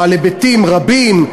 בעל היבטים רבים,